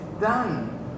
done